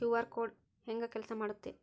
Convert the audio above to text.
QR code ಹೆಂಗ ಕೆಲಸ ಮಾಡುತ್ತೆ?